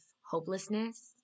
hopelessness